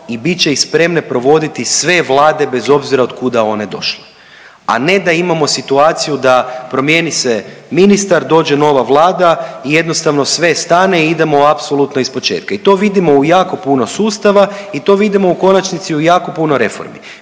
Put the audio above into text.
i bit će ih spremne provodit sve vlade bez obzira od kuda one došle. A ne da imamo situaciju da promijeni se ministar, dođe nova vlada i jednostavno sve stane i idemo apsolutno iz početka. I to vidimo u jako puno sustava i to vidimo u konačnici u jako puno reformi.